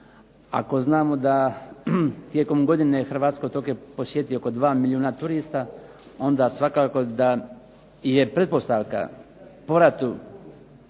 ako znamo da tijekom godine hrvatske otoke posjeti oko 2 milijuna turista, onda svakako da je pretpostavka povratu